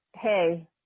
Hey